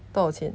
多少钱